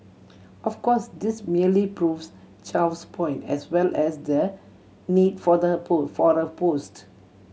of course this merely proves Chow's point as well as the need for the post for the post